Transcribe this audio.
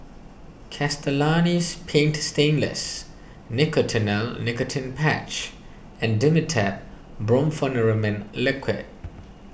Castellani's Paint Stainless Nicotinell Nicotine Patch and Dimetapp Brompheniramine Liquid